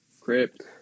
Crypt